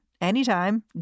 anytime